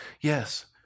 Yes